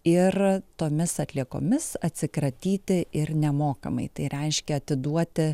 ir tomis atliekomis atsikratyti ir nemokamai tai reiškia atiduoti